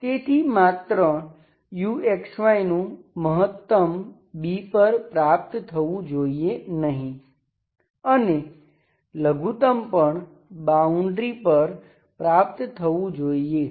તેથી માત્ર u નું મહત્તમ B પર પ્રાપ્ત થવું જોઈએ નહીં અને લઘુત્તમ પણ બાઉન્ડ્રી પર પ્રાપ્ત થવું જોઈએ